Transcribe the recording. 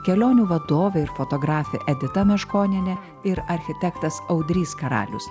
kelionių vadovė ir fotografė edita meškonienė ir architektas audrys karalius